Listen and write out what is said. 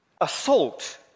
assault